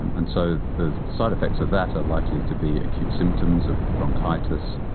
and and so the side-effects of that are likely to be acute symptoms of bronchitis,